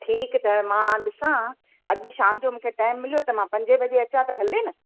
ठीक त मां ॾिसा अॼ शाम जो मूंखे टाइम मिलियो त मां पंजे बजे अचां त हले न